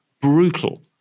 brutal